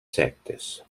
sectes